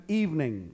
evening